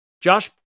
Josh